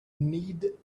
need